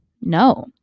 no